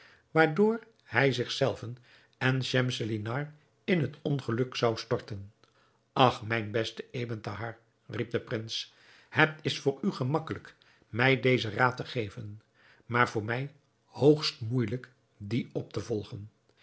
waardoor hij zich zelven en schemselnihar in het ongeluk zou storten ach mijn beste ebn thahar riep de prins het is voor u gemakkelijk mij dezen raad te geven maar voor mij hoogst moeijelijk dien op te volgen